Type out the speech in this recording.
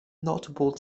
notable